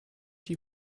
die